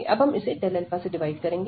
अब हम इसे Δα से डिवाइड करेंगे